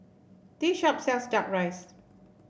this shop sells duck rice